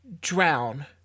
drown